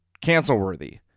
cancel-worthy